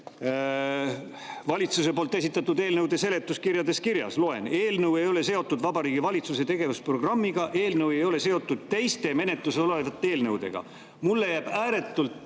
eelnõu ei ole seotud Vabariigi Valitsuse tegevusprogrammiga ja eelnõu ei ole seotud teiste menetluses olevate eelnõudega. Mulle jääb ääretult